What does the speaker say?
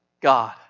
God